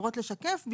אמורות לשקף,